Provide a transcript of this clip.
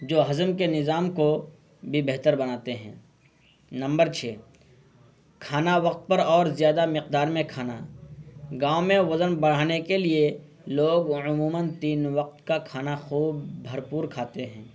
جو ہضم کے نظام کو بھی بہتر بناتے ہیں نمبر چھ کھانا وقت پر اور زیادہ مقدار میں کھانا گاؤں میں وزن بڑھانے کے لیے لوگ عموماً تین وقت کا کھانا خوب بھرپور کھاتے ہیں